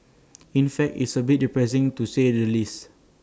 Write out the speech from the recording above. in fact it's A bit depressing to say the least